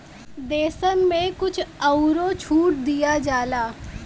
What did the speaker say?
देसन मे कुछ अउरो छूट दिया जाला